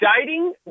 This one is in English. Dating